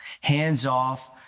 hands-off